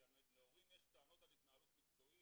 וכשלהורים יש טענות לגבי התנהלות מקצועית